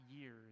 years